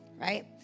right